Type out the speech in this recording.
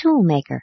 toolmaker